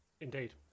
Indeed